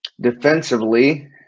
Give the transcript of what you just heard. Defensively